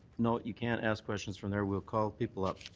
no, you can't ask questions from there. we'll call people up.